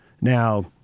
now